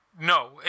No